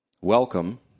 welcome